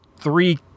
three